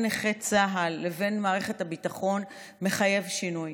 נכי צה"ל לבין מערכת הביטחון מחייב שינוי.